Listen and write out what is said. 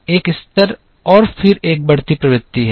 एक स्तर और फिर एक बढ़ती प्रवृत्ति है